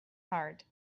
heart